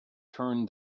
turn